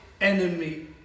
enemy